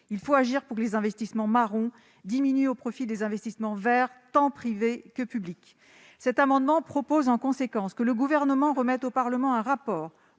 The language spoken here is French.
Il faut agir pour que les « investissements marrons » diminuent au profit des « investissements verts », tant privés que publics. Cet amendement a donc pour objet que le Gouvernement remette au Parlement un rapport